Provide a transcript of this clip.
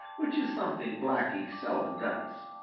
which is something blacky seldom does.